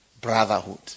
brotherhood